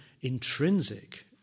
intrinsic